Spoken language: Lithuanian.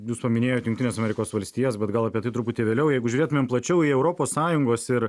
jūsų paminėjot jungtines amerikos valstijas bet gal apie tai truputį vėliau jeigu žiūrėtumėm plačiau į europos sąjungos ir